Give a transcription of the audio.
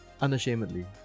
unashamedly